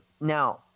Now